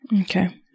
Okay